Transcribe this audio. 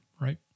right